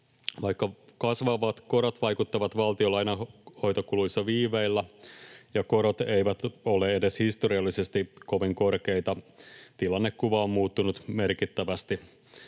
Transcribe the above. Vaikka kasvavat korot vaikuttavat valtion lainanhoitokuluissa viiveellä ja korot eivät ole edes historiallisesti kovin korkeita, tilannekuva on muuttunut merkittävästi.